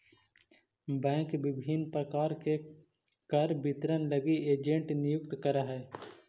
bank विभिन्न प्रकार के कर वितरण लगी एजेंट नियुक्त करऽ हइ